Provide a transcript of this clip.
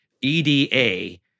EDA